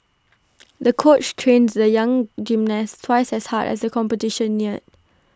the coach trained the young gymnast twice as hard as the competition neared